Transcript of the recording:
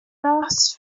das